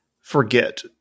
forget